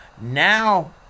now